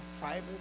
private